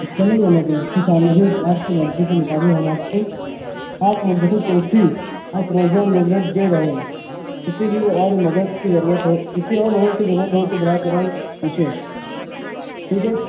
چلے جانا تھا خوش آمدید آپ کی مرضی کے مطابق ہم آپ کو کلفی فروزن دے رہے ہیں کسی بھی اور مدد کی ضرورت ہو کسی اور مدد کی ضرورت ہو تو براہ کرم پوچھیں ٹھیک ہے